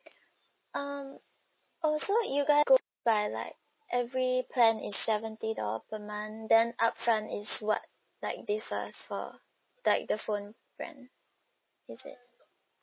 um also you guy go by like every plan is seventy dollar per month then upfront is what like differs for like the phone brand is it